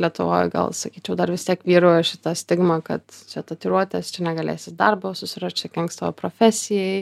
lietuvoj gal sakyčiau dar vis tiek vyrauja šita stigma kad čia tatuiruotės čia negalėsit darbo susirast čia kenks tavo profesijai